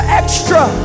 extra